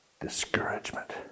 discouragement